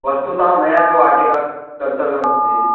वस्तुतः मया अपि वाटिका कर्तव्यमस्ति